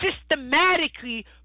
systematically